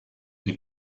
les